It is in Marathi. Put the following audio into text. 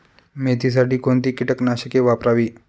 मेथीसाठी कोणती कीटकनाशके वापरावी?